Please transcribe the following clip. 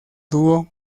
dúo